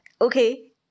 Okay